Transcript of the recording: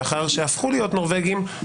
לאחר שהפכו להיות נורבגים,